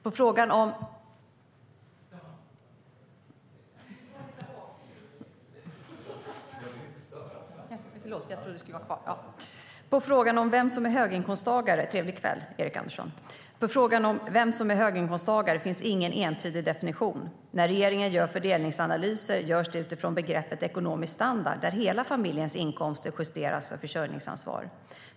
På frågan vem som är höginkomsttagare finns ingen entydig definition. När regeringen gör fördelningsanalyser görs det utifrån begreppet ekonomisk standard där hela familjens inkomster justeras för försörjningsansvar.